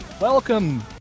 Welcome